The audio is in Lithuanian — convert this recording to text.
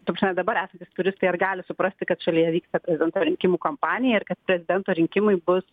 ta prasme dabar esantys turistai ar gali suprasti kad šalyje vyksta prezidento rinkimų kampanija ir kad prezidento rinkimai bus